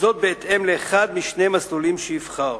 וזאת בהתאם לאחד משני מסלולים שיבחר.